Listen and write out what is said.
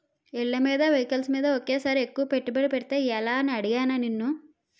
ఇళ్ళమీద, వెహికల్స్ మీద ఒకేసారి ఎక్కువ పెట్టుబడి పెడితే ఎలా అని అడిగానా నిన్ను